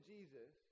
Jesus